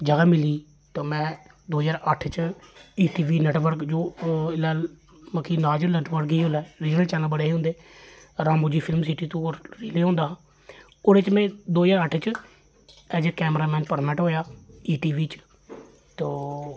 जगह मिली गेई ते में दो ज्हार अट्ठ च ई टी वी नेटवर्क जो एल्लै बल्के लार्जर नेटवर्क ही उसलै उसलै रीजनल चैनल बड़े हे उंदे हे रामू जी फिल्म तू ओह् रिले होंदा ओह्दे च में दो ज्हार अट्ठ च as a cameraman permanent होएआ ई टी वी च तो